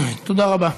תודה רבה.